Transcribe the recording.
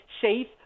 safe